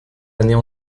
années